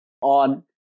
on